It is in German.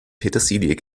petersilie